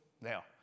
Now